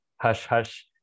hush-hush